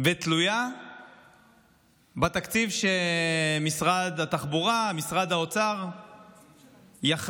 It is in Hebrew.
ותלויה בתקציב שמשרד התחבורה ומשרד האוצר יחליטו